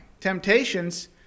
temptations